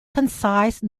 concise